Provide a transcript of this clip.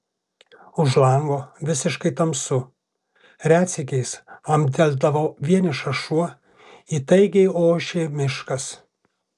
už lango visiškai tamsu retsykiais amteldavo vienišas šuo įtaigiai ošė miškas